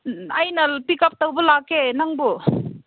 ꯑꯩꯅ ꯄꯤꯛꯑꯞ ꯇꯧꯕ ꯂꯥꯛꯀꯦ ꯅꯪꯕꯨ